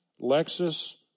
Lexus